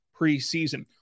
preseason